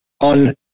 on